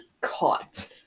Caught